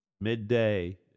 midday